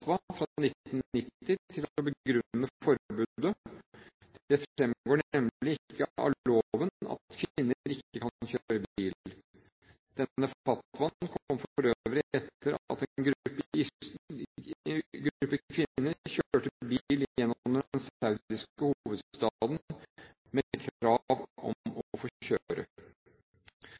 fra 1990 for å begrunne forbundet; det fremgår nemlig ikke av loven at kvinner ikke kan kjøre bil. Denne fatwaen kom for øvrig etter at en gruppe kvinner kjørte bil gjennom den saudiske hovedstaden med krav om å få kjøre.